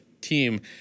team